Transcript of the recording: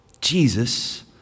Jesus